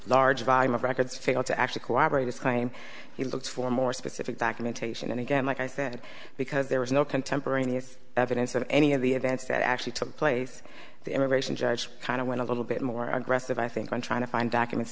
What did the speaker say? records failed to actually cooperate is claim he looks for more specific documentation and again like i said because there was no contemporaneous evidence of any of the events that actually took place the immigration judge kind of went a little bit more aggressive i think on trying to find documents